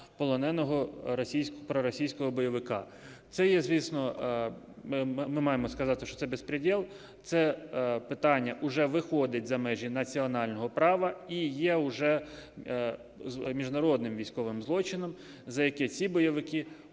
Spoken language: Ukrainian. полоненого проросійського бойовика. Це є, звісно... Ми маємо сказати, що це безпредєл, це питання уже виходить за межі національного права і є уже міжнародним військовим злочином, за яке ці бойовики